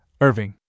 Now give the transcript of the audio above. Irving